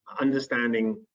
understanding